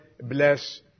bless